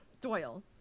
Doyle